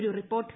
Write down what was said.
ഒരു റിപ്പോർട്ട്